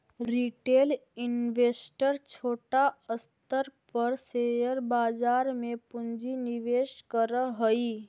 retail investor छोटा स्तर पर शेयर बाजार में पूंजी निवेश करऽ हई